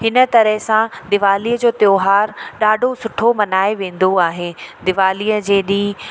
हिन तरह सां दीवालीअ जो त्योहार ॾाढो सुठो मल्हाए वेंदो आहे दीवालीअ जे ॾींहुं